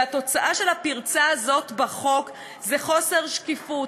והתוצאה של הפרצה הזאת בחוק זה חוסר שקיפות,